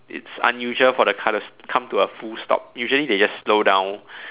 it's unusual for the car to come to a full stop usually they just slow down